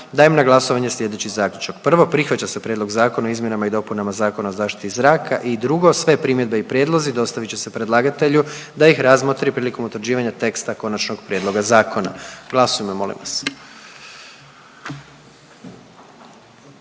dajem na glasovanje sljedeći zaključak: „1. Prihvaća se Prijedlog Zakona o zaštiti i očuvanju kulturnih dobara i 2. Sve primjedbe i prijedlozi dostavit će se predlagatelju da ih razmotri prilikom utvrđivanja teksta konačnog prijedloga zakona.“ Molim